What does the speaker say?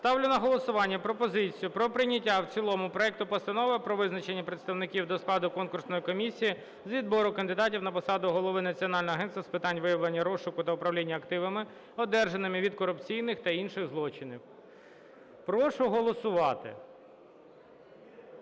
Ставлю на голосування пропозицію про прийняття в цілому проекту Постанови про визначення представників до складу конкурсної комісії з відбору кандидата на посаду Голови Національного агентства з питань виявлення, розшуку та управління активами, одержаними від корупційних та інших злочинів. Прошу голосувати.